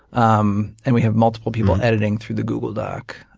um and we have multiple people editing through the google doc.